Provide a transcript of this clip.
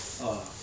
ah